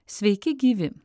sveiki gyvi